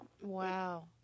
wow